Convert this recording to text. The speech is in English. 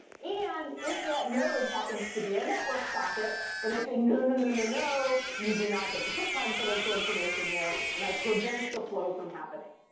and if that node happens to be a network socket, then but i say, no, no, no, no, no, you do not get to put confidential information there, and i prevent the flow from happening.